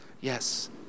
Yes